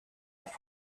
auf